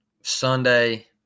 Sunday